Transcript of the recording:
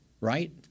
right